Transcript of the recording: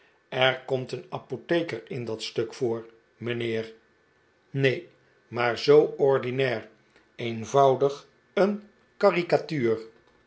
er komt een apotheker in dat stuk voor mijnheer neen maar zoe ordinair eenvoudig een caricatuur